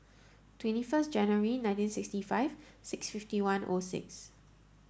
twenty first January nineteen sixty five six fifty one O six